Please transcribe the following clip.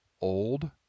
old